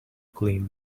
clean